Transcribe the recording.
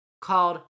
called